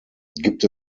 gibt